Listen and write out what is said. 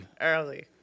Early